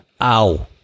Ow